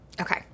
okay